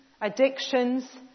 addictions